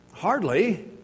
Hardly